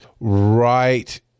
right